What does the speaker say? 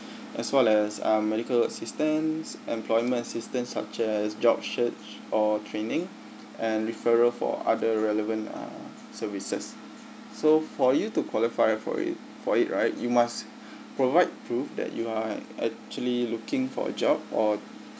as well as uh medical assistance employment assistance such as job search or training and referral for other relevant uh services so for you to qualify for it for it right you must provide proof that you are actually looking for a job or